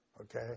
Okay